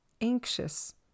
anxious